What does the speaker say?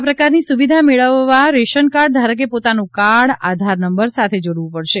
આ પ્રકારની સુવિધા મેળવવા રેશન કાર્ડ ધારકે પોતાનું કાર્ડ આધાર નંબર સાથે જોડવું પડશે